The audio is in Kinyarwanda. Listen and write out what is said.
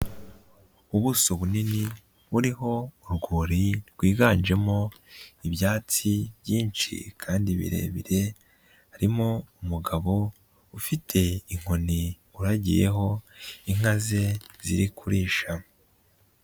Ubuso bunini buriho urwuri rwiganjemo ibyatsi byinshi kandi birebire harimo umugabo ufite inkoni uragiyeho inka ze ziri kurisha.